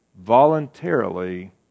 Voluntarily